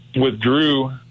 withdrew